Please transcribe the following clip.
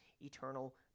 eternal